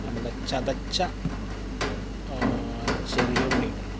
നമ്മുടെ ചതച്ച ചെറിയ ഉള്ളിയുണ്ടല്ലോ